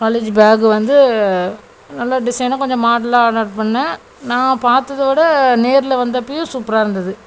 college bag வந்து நல்லா டிஸைனாக கொஞ்சம் மாடல்லாக ஆடர் பண்ணேன் நான் பார்த்ததோட நேரில் வந்தப்பயும் சூப்பராக இருந்தது